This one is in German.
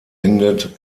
endet